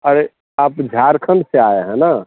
अरे आप झारखंड से आए हैं न